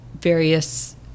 various